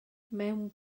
mewn